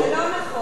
זה לא נכון.